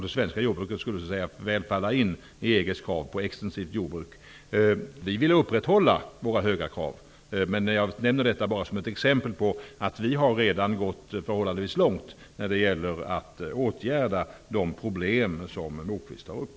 Det svenska jordbruket skulle mycket väl falla in i EG:s krav på extensivt jordbruk. Regeringen vill upprätthålla Sveriges höga krav. Men jag nämner bara detta som ett exempel på att vi i Sverige redan gått förhållandevis långt när det gäller att åtgärda de problem som Lars Moquist tar upp.